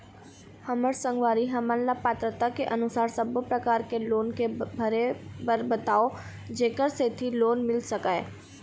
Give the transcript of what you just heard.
हमर संगवारी हमन ला पात्रता के अनुसार सब्बो प्रकार के लोन के भरे बर बताव जेकर सेंथी लोन मिल सकाए?